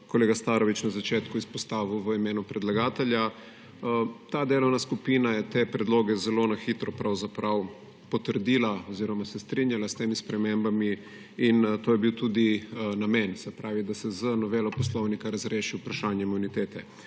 kolega Starović na začetku izpostavil v imenu predlagatelja. Ta delovna skupina je te predloge zelo na hitro pravzaprav potrdila oziroma se strinjala s temi spremembami; in to je bil tudi namen, in sicer da se z novelo Poslovnika razreši vprašanje imunitete.